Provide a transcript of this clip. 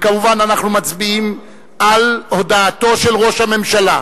כמובן, אנחנו מצביעים על הודעתו של ראש הממשלה.